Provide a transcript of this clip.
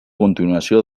continuació